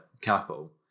capital